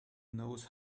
knows